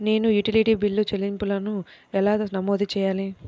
నేను utility bill చెల్లింపులను ఎలా నమోదు చేయాలి?